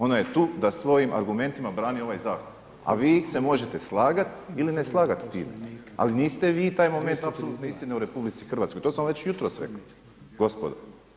Ona je tu da svojim argumentima brani ovaj zakon, a vi se možete slagati ili ne slagati s tim, ali niste vi taj moment apsolutne istine u RH, to sam vam već jutros rekao gospodo.